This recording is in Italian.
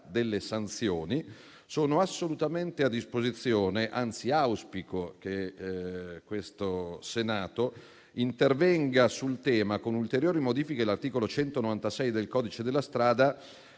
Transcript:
delle sanzioni, sono assolutamente a disposizione, anzi, auspico che questo Senato intervenga sul tema con ulteriori modifiche dell'articolo 196 del codice della strada